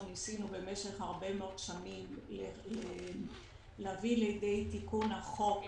ניסינו במשך הרבה מאוד שנים להביא לידי תיקון החוק,